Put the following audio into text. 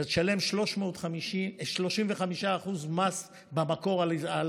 אתה תשלם 35% מס במקור על החיסכון,